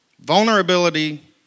Vulnerability